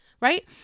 right